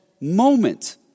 moment